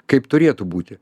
kaip turėtų būti